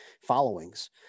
followings